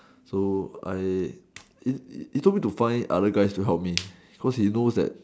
so I it told me to find others guys to help me because he knows that